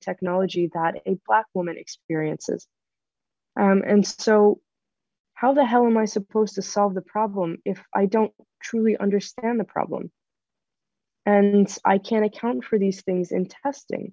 technology that a black woman experiences and so how the hell am i supposed to solve the problem if i don't truly understand the problem and i can't account for these things in testing